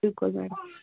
بِلکُل میڈم